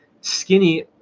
skinny